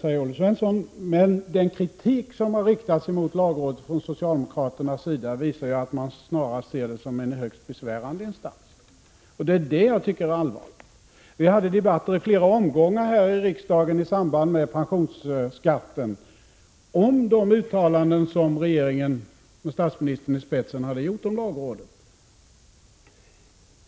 säger Olle Svensson. Men den kritik som har riktats mot lagrådet från socialdemokraternas sida visar att de snarast ser lagrådet som en högst besvärande instans, och det är det som är allvarligt. Vi hade debatter i flera omgångar här i riksdagen i samband med pensionsskatten om de uttalanden som regeringen med statsministern i spetsen hade gjort om lagrådet.